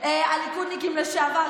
הליכודניקים לשעבר,